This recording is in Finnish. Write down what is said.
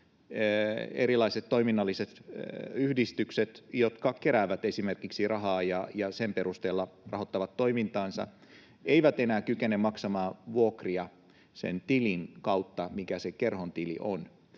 erilaiset toiminnalliset yhdistykset, jotka esimerkiksi keräävät rahaa ja sen perusteella rahoittavat toimintaansa, eivät enää kykene maksamaan vuokria sen tilin kautta, mikä on se kerhon tili,